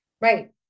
Right